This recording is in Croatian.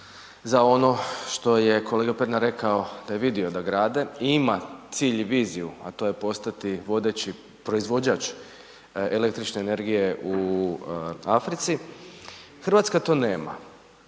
za ono što je kolega Pernar rekao, da je vidio da grade i ima cilj i viziju, a to je postati vodeći proizvođač električne energije u Africi, Hrvatska to nema.